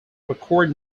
record